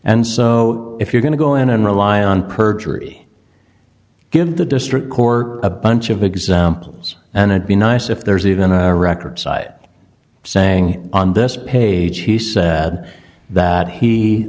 and so if you're going to go in and rely on perjury give the district court a bunch of examples and it be nice if there's even a record site saying on this page he said that he